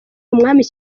umwami